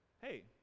hey